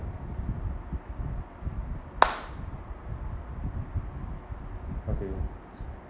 okay